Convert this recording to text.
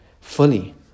fully